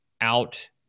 out